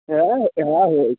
হ্যাঁ হয়েছে